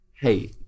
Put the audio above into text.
hey